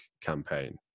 campaign